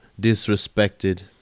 disrespected